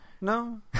No